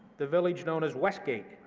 the village known as westgate,